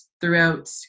throughout